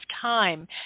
time